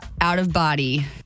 out-of-body